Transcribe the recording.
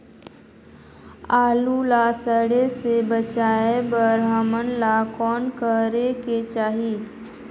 आलू ला सड़े से बचाये बर हमन ला कौन करेके चाही?